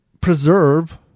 preserve